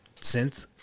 synth